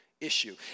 issue